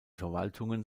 verwaltungen